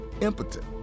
impotent